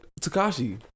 takashi